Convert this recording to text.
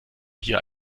hier